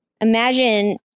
Imagine